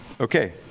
okay